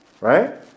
Right